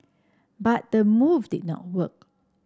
but the move did not work